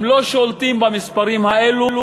הם לא שולטים במספרים האלו,